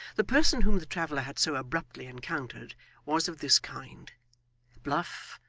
the person whom the traveller had so abruptly encountered was of this kind bluff,